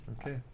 Okay